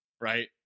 right